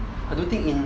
I don't think in